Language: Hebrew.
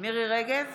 מירי מרים רגב,